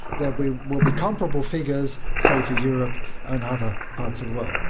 there will will be comparable figures, say, for europe and other parts of the world.